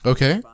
Okay